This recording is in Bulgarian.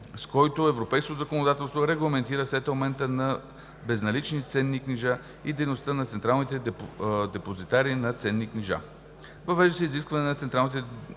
с който европейското законодателство регламентира сетълмента на безналични ценни книжа и дейността на централните депозитари на ценни книжа. Въвежда се изискване централните депозитари